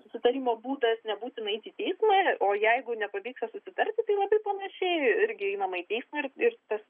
susitarimo būdas nebūtina eiti į teismą o jeigu nepavyksta susitarti tai labai panašiai irgi einama į teismą ir tas